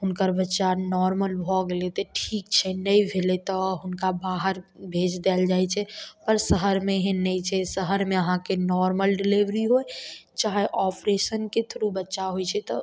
हुनकर बच्चा नाॅर्मल भऽ गेलै तऽ ठीक छै नहि भेलै तऽ हुनका बाहर भेज देल जाइ छै पर शहरमे एहन नहि छै शहरमे आहाँके नॉर्मल डिलेवरी हो चाहे ऑपरेशनके थ्रू बच्चा होइ छै तऽ